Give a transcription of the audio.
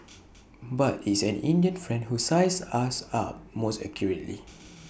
but IT is an Indian friend who sized us up most accurately